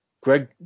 Greg